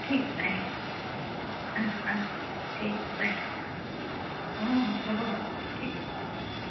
ঠিক আছে আহিবা অঁ অঁ ঠিক আছে বাই অঁঁ হ'ব হ'ব ঠিক আছে